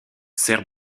sert